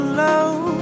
love